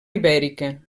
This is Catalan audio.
ibèrica